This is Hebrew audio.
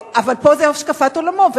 אבל פה זה השקפת עולמו.